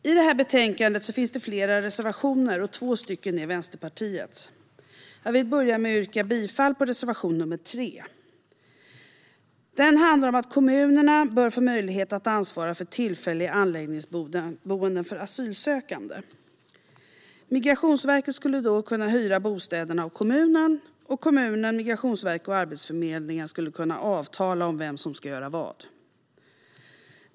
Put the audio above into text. I betänkandet finns det flera reservationer, och två är Vänsterpartiets. Jag vill börja med att yrka bifall till reservation nr 3. Den handlar om att kommunerna bör få möjlighet att ansvara för tillfälliga anläggningsboenden för asylsökande. Migrationsverket skulle då kunna hyra bostäderna av kommunen, och kommunen, Migrationsverket och Arbetsförmedlingen skulle kunna avtala om vem som ska göra vad.